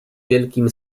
wielkim